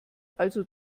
also